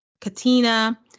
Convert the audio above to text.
Katina